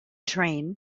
train